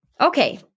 Okay